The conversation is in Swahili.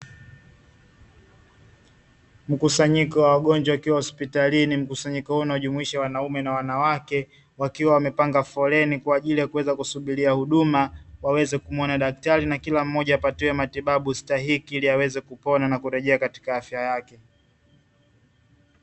Mkusanyiko wa wagonjwa wakiwa hospitalini. Mkusanyiko huu unajumuisha wanaume na wanawake wakiwa wamepanga foleni kwa ajili ya kuweza kusubiria huduma, waweze kumuona daktari na kila mmoja apatiwe matibabu stahiki ili aweze kupona na kurejea katika afya yake.